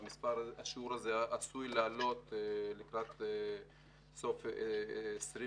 והשיעור הזה עשוי לעלות לקראת סוף 2020